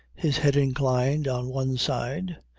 his head inclined on one side,